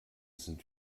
sind